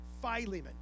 Philemon